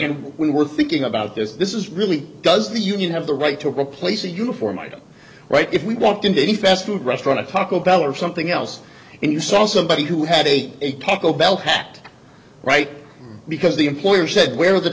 we were thinking about this this is really does the union have the right to replace a uniform item right if we walked into a fast food restaurant to taco bell or something else if you saw somebody who had ate a taco bell hat right because the employer said where the